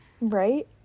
Right